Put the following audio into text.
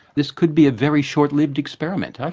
this could be a very short-lived experiment,